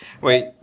Wait